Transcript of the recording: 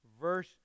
verse